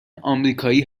آمریکایی